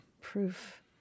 Proof